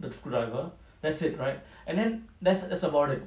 the screwdriver that's it right and then that's that's about it